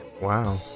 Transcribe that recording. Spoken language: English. Wow